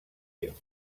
you